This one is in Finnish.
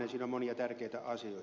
siinä on monia tärkeitä asioita